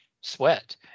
sweat